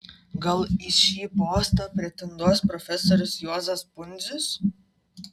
gal į šį postą pretenduos profesorius juozas pundzius